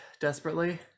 desperately